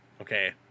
Okay